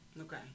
Okay